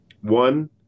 One